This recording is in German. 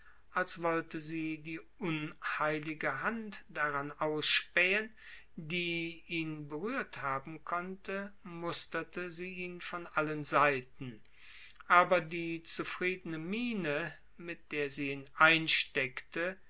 als wollte sie die unheilige hand daran ausspähen die ihn berührt haben konnte musterte sie ihn von allen seiten aber die zufriedene miene mit der sie ihn einsteckte